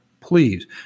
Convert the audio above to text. please